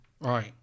right